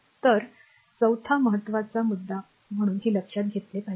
तर चौथा महत्वाचा आहे म्हणून हे लक्षात घेतले पाहिजे